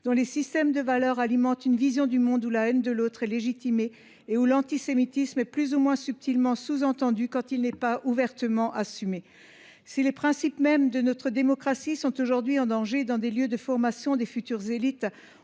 dont les systèmes de valeurs alimentent une vision du monde où la haine de l’autre est légitimée et où l’antisémitisme est plus ou moins subtilement sous entendu, quand il n’est pas ouvertement assumé. Si les principes mêmes de notre démocratie sont en danger dans des lieux de formation des futures élites,